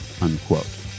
Unquote